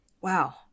Wow